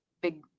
big